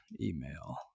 email